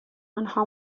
آنها